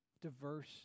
diverse